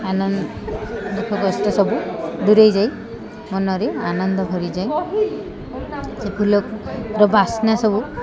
ଆନନ୍ଦ ଦୁଃଖକଷ୍ଟ ସବୁ ଦୂରେଇ ଯାଏ ମନରେ ଆନନ୍ଦ ଭରିଯାଏ ସେ ଫୁଲର ବାସ୍ନା ସବୁ